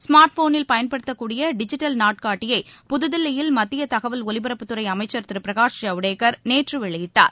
smart ஃபோனில் பயன்படுத்தக்கூடிய digital நாட்காட்டியை புதுதில்லியில் மத்திய தகவல் ஒலிபரப்புத்துறை அமைச்சர் திரு பிரகாஷ் ஜவ்டேகர் நேற்று வெளியிட்டார்